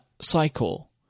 cycle